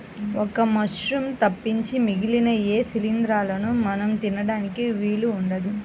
ఒక్క మశ్రూమ్స్ తప్పించి మిగిలిన ఏ శిలీంద్రాలనూ మనం తినడానికి వీలు ఉండదు